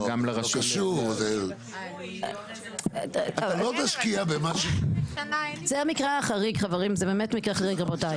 חברים, זה באמת מקרה חריג, רבותיי.